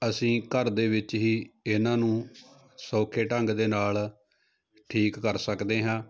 ਅਸੀਂ ਘਰ ਦੇ ਵਿੱਚ ਹੀ ਇਹਨਾਂ ਨੂੰ ਸੌਖੇ ਢੰਗ ਦੇ ਨਾਲ ਠੀਕ ਕਰ ਸਕਦੇ ਹਾਂ